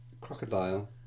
crocodile